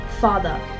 father